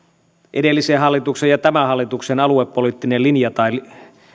edellisen hallituksen ja tämän hallituksen aluepoliittinen linja tai